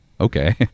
Okay